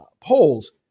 polls